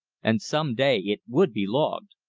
and some day it would be logged,